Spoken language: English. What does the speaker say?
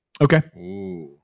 Okay